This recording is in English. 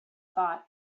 thought